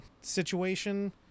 situation